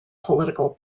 political